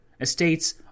Estates